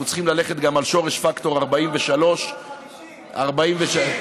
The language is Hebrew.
אנחנו צריכים ללכת גם על שורש פקטור 43. דובר על